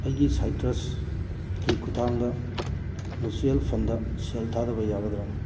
ꯑꯩꯒꯤ ꯁꯥꯏꯇ꯭ꯔꯁꯀꯤ ꯈꯨꯊꯥꯡꯗ ꯃꯨꯆꯨꯋꯦꯜ ꯐꯟꯗ ꯁꯦꯜ ꯊꯥꯗꯕ ꯌꯥꯒꯗ꯭ꯔꯥ